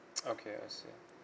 okay I see